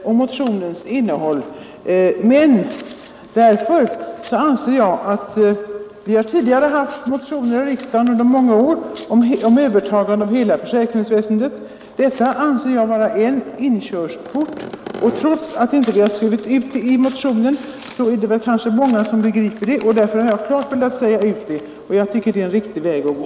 Herr talman! Det är riktigt vad herr Bengtsson i Landskrona säger om motionens inehåll. Men vpk har tidigare under många år motionerat angående samhällets övertagande av hela försäkringsväsendet. Den nu föreslagna åtgärden anser jag vara en inkörsport till en sådan ordning. Trots att det inte sägs ut i motionen är det säkerligen många som begriper det. Jag har emellertid klart velat säga ut att detta är en riktig väg att gå.